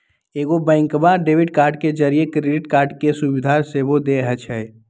कएगो bank debit card के जौरही क्रेडिट कार्ड के सुभिधा सेहो देइ छै